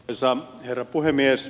arvoisa herra puhemies